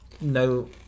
no